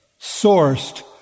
sourced